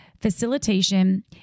facilitation